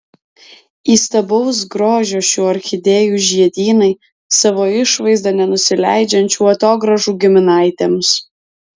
įstabaus grožio šių orchidėjų žiedynai savo išvaizda nenusileidžiančių atogrąžų giminaitėms